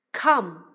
Come